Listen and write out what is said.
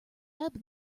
ebb